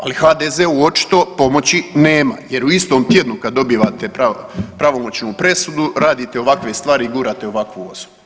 Ali HDZ-u očito pomoći nema jer u istom tjednu kad dobivate pravomoćnu presudu radite ovakve stvari i gurate ovakvu osobu.